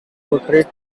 portrait